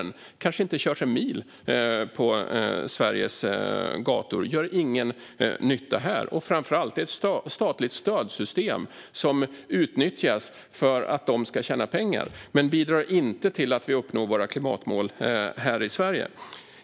Den har kanske inte körts en mil på Sveriges gator och gör ingen nytta här. Framför allt utnyttjas ett statligt stödsystem för att de ska tjäna pengar. Det bidrar inte till att vi uppnår klimatmålen här i Sverige.